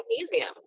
magnesium